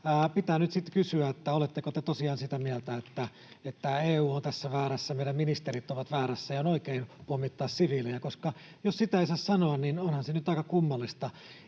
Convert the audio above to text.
sitten kysyä, oletteko te tosiaan sitä mieltä, että EU on tässä väärässä, meidän ministerimme ovat väärässä ja on oikein pommittaa siviilejä, koska jos sitä ei saa sanoa, niin onhan se nyt aika kummallista.